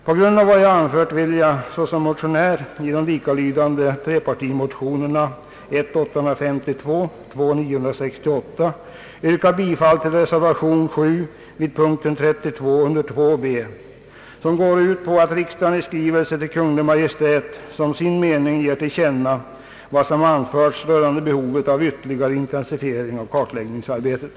På grund av vad jag anfört vill jag såsom motionär i de likalydande trepartimotionerna I: 852 och II: 968 yrka bifall till reservationen vid punkten 32 mom. 2 b, vilken går ut på att riksdagen i skrivelse till Kungl. Maj:t som sin mening ger till känna vad som anförts rörande behovet av en ytterligare intensifiering av kartläggningsarbetet.